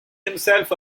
himself